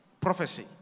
prophecy